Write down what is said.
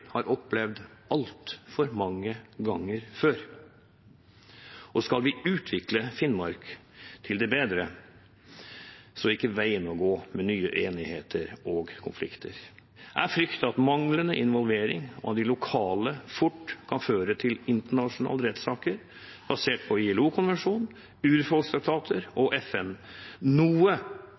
har opplevd altfor mange ganger før. Skal vi utvikle Finnmark til det bedre, er nye uenigheter og konflikter ikke veien å gå. Jeg frykter at manglende involvering av de lokale fort kan føre til internasjonale rettssaker basert på ILO-konvensjonen, urfolkstraktater og FN – noe